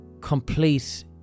complete